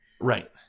Right